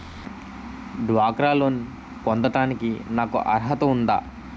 డ్వాక్రా లోన్ పొందటానికి నాకు అర్హత ఉందా?